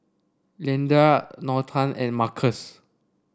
Leandra Norton and Markus